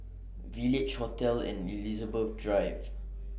Village Hotel and Elizabeth Drive